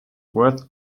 worth